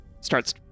starts